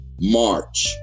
March